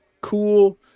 cool